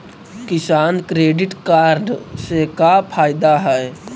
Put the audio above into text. किसान credit card से का फायदा है?